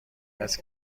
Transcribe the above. است